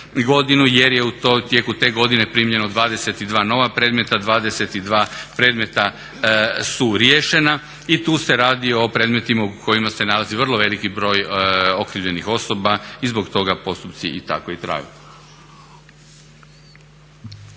godini jer je u tijeku te godine primljeno 22 nova predmeta, 22 predmeta su rješenja i tu se radi o predmeta u kojima se nalazi vrlo veliki broj okrivljenih osoba i zbog toga postupci tako i traju.